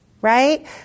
Right